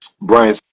Brian